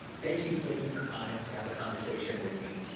thank you for taking some time to have a conversation with me.